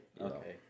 Okay